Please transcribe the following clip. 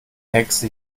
hexe